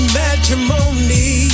matrimony